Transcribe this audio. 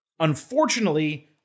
Unfortunately